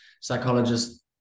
psychologist